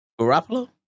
Garoppolo